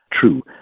true